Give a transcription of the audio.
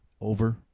Over